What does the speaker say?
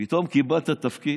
פתאום קיבלת תפקיד,